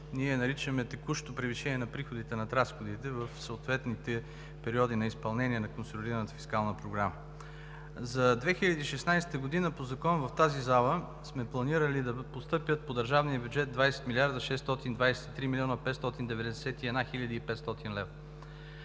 ние наричаме текущо превишение на приходите над разходите в съответните периоди на изпълнение на консолидираната фискална програма. За 2016 г. по закон в тази зала сме планирали да постъпят по държавния бюджет 20 млрд. 623 млн. 591 хил. 500 лв.